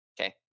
okay